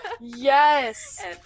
yes